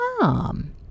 MOM